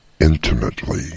intimately